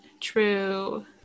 True